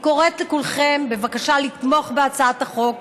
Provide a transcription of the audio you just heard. אני קוראת לכולכם בבקשה לתמוך בהצעת החוק,